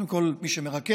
קודם כול את מי שמרכז,